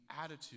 attitude